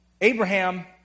Abraham